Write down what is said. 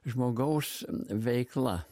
žmogaus veikla